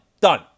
Done